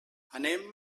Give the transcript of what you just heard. anem